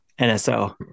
NSO